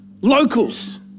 locals